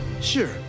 sure